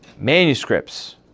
Manuscripts